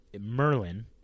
Merlin